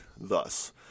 thus